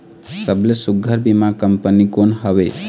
सबले सुघ्घर बीमा कंपनी कोन हवे?